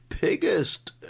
biggest